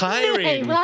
Tiring